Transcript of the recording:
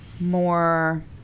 more